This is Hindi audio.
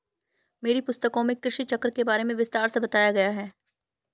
मेरी पुस्तकों में कृषि चक्र के बारे में विस्तार से बताया गया है